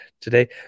today